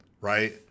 Right